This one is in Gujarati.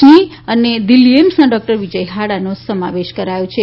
સિંહ અને દિલ્હી એઇમ્સના ડોક્ટર વિજય હાડાનો સમાવેશ કરાયો છે